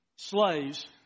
Slaves